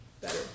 better